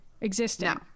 existing